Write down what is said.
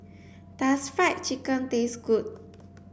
does fried chicken taste good